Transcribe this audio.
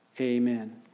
amen